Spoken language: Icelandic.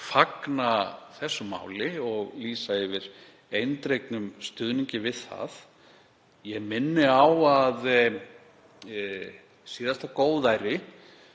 fagna þessu máli og lýsa yfir eindregnum stuðningi við það. Ég minni á að síðasta góðæri